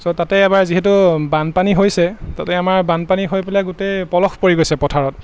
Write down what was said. চ' তাতে এবাৰ যিহেতু বানপানী হৈছে তাতে আমাৰ বানপানী হৈ পেলাই গোটেই পলস পৰি গৈছে পথাৰত